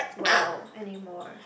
well anymore